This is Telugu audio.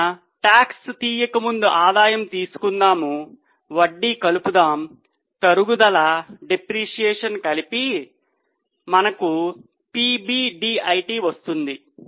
కాబట్టి టాక్స్ తీయక ముందు ఆదాయం తీసుకుందాము వడ్డీ కలుపుదాం తరుగుదల కలిపి మన PBDIT వస్తుంది